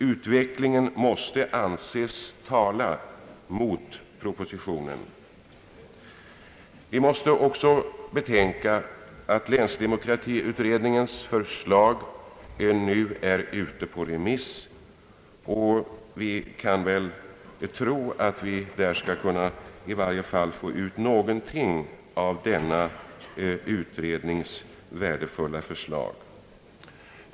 Utvecklingen måste anses tala emot propositionens förslag. Vi måste också betänka att länsdemokratiutredningens värdefulla förslag nu är ute på remiss, och det finns väl anledning att tro att vi skall kunna få ut någonting därav.